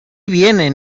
vienen